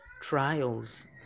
trials